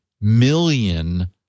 million